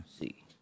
see